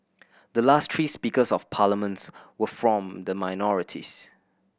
the last three Speakers of Parliaments were from the minorities